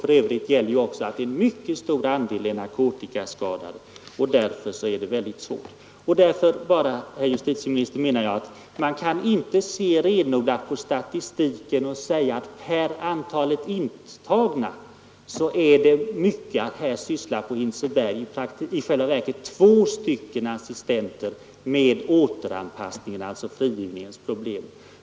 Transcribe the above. För övrigt gäller också att en mycket stor andel är narkotikaskadade, vilket gör arbetet mycket svårt. Därför menar jag, herr justitieminister, att man inte kan se på den renodlade statistiken och säga att antalet anställda per intagna är högt och att på Hinseberg två assistenter sysslar med återanpassningen, dvs. frigivningens problem.